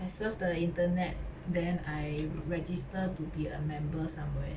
I surf the internet then I register to be a member somewhere